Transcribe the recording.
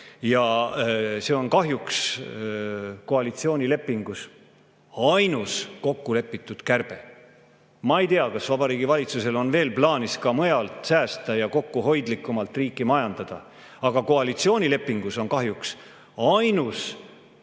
Ja see on kahjuks koalitsioonilepingus ainus kokku lepitud kärbe. Ma ei tea, kas Vabariigi Valitsusel on veel plaanis ka mujalt säästa ja kokkuhoidlikumalt riiki majandada, aga koalitsioonilepingus on kahjuks ainus kokku